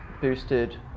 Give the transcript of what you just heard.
Boosted